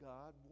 God